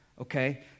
Okay